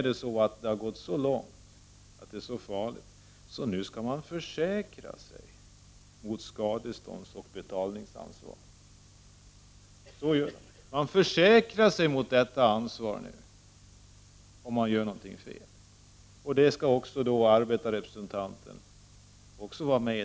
Men nu har det gått så långt — så farligt har det alltså blivit — att det skall tecknas försäkringar när det gäller skadeståndsoch betalningsansvaret. Det gäller också arbetarrepresentanten.